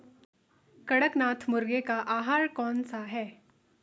कड़कनाथ मुर्गे का आहार कौन सा है?